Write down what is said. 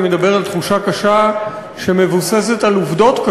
אני מדבר על תחושה קשה שמבוססת פשוט על עובדות.